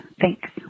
Thanks